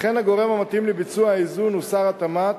לכן, הגורם המתאים לביצוע האיזון הוא שר התמ"ת,